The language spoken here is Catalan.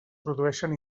produïxen